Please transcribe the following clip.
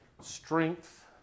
Strength